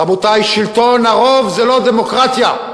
רבותי, שלטון הרוב זה לא דמוקרטיה.